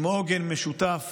עם עוגן משותף